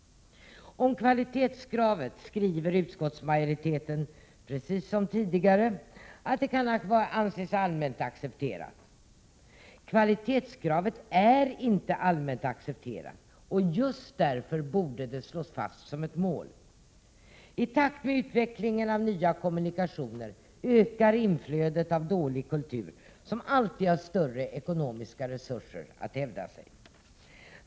Om kvalitetskravet skriver utskottsmajoriteten — precis som tidigare — att det kan anses allmänt accepterat. Kvalitetskravet är inte allmänt accepterat, och just därför borde det slås fast som ett mål. I takt med utvecklingen av nya kommunikationer ökar inflödet av dålig kultur, som alltid har större ekonomiska resurser att hävda sig.